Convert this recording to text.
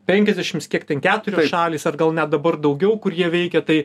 penkiasdešims kiek ten keturios šalys ar gal net dabar daugiau kur jie veikia tai